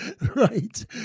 right